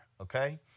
okay